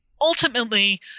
ultimately